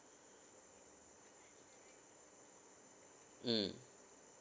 mm